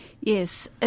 yes